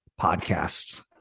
podcasts